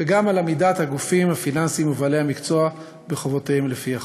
וגם לעמידת הגופים הפיננסיים ובעלי המקצוע בחובותיהם לפי החוק.